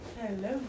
Hello